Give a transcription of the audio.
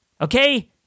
okay